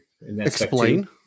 Explain